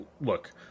look